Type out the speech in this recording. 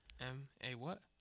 M-A-what